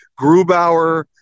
Grubauer